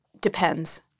Depends